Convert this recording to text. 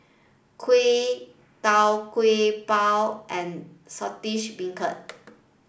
Kuih Tau Kwa Pau and Saltish Beancurd